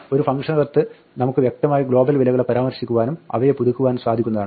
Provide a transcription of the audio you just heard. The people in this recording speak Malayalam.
ഒരു ഫംഗ്ഷനകത്ത് നമുക്ക് വ്യക്തമായി ഗ്ലോബൽ വിലകളെ പരാമർശിക്കുവാനും അവയെ പുതുക്കുവാനും സാധിക്കുന്നതാണ്